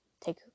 take